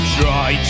try